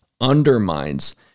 undermines